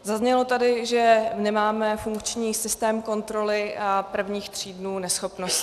Zaznělo tady, že nemáme funkční systém kontroly prvních tří dnů neschopnosti.